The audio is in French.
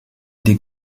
des